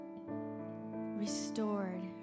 restored